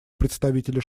представителя